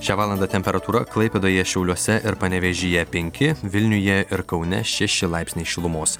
šią valandą temperatūra klaipėdoje šiauliuose ir panevėžyje penki vilniuje ir kaune šeši laipsniai šilumos